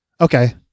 Okay